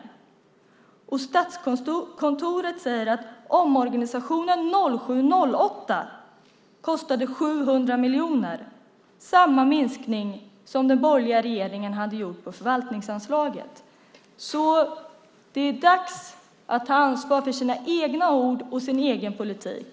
Statskontoret säger att omorganisationen 2007-2008 kostade 700 miljoner - samma minskning som den borgerliga regeringen hade gjort på förvaltningsanslaget. Det är dags att ta ansvar för sina egna ord och sin egen politik!